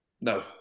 No